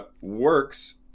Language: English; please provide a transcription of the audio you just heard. works